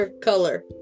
color